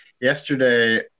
Yesterday